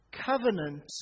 covenant